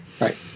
right